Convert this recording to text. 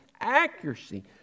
accuracy